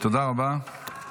תודה רבה.